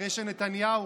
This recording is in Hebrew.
אחרי שנתניהו,